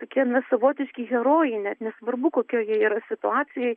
tokie na savotiški herojai net nesvarbu kokioj jie yra situacijoj